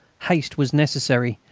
haste was necessary,